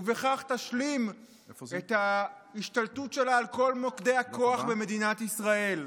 ובכך תשלים את ההשתלטות שלה על כל מוקדי הכוח במדינת ישראל.